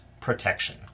protection